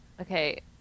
Okay